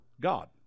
God